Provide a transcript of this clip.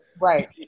right